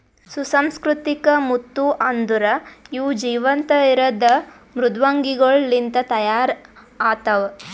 ಸುಸಂಸ್ಕೃತಿಕ ಮುತ್ತು ಅಂದುರ್ ಇವು ಜೀವಂತ ಇರದ್ ಮೃದ್ವಂಗಿಗೊಳ್ ಲಿಂತ್ ತೈಯಾರ್ ಆತ್ತವ